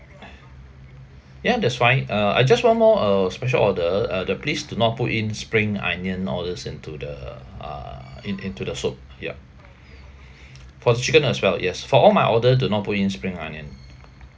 ya that's fine uh I just one more uh special order uh the please do not put in spring onion all those into the uh in into the soup yup for the chicken as well yes for all my order do not put in spring onion